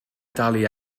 dalu